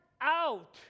out